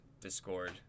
Discord